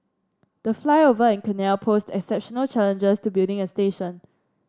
the flyover and canal posed exceptional challenges to building a station